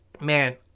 Man